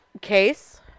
case